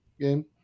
game